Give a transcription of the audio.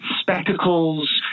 spectacles